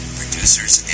producers